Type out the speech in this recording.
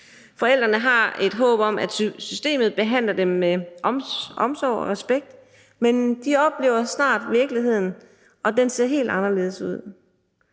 Forældrene har et håb om, at systemet behandler dem med omsorg og respekt, men de oplever snart virkeligheden, og den ser helt anderledes ud.